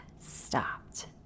stopped